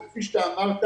וכפי שאתה אמרת